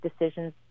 decisions